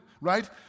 right